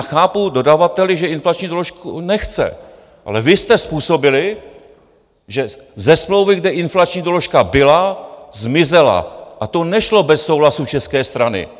Chápu dodavatele, že inflační doložku nechce, ale vy jste způsobili, že ze smlouvy, kde inflační doložka byla, zmizela, a to nešlo bez souhlasu české strany.